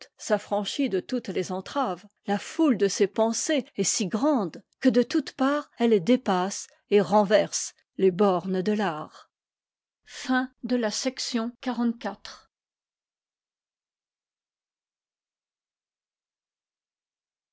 s'affranchit de toutes les entraves la foule de ses pensées est si grande que de toutes parts elles dépassent et renversent les bornes de fart